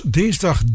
dinsdag